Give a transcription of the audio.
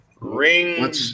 ring